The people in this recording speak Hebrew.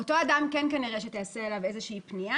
אותו אדם כנראה שתיעשה אליו איזו פנייה.